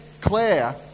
Claire